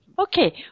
Okay